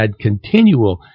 continual